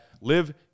Live